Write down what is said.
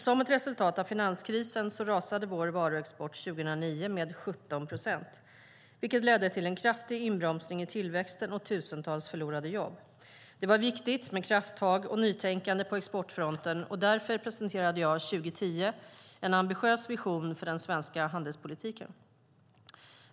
Som ett resultat av finanskrisen rasade vår varuexport 2009 med 17 procent, vilket ledde till en kraftig inbromsning i tillväxten och tusentals förlorade jobb. Det var viktigt med krafttag och nytänkande på exportfronten, därför presenterade jag 2010 en ambitiös vision för den svenska handelspolitiken.